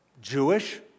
Jewish